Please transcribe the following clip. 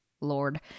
Lord